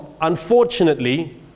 unfortunately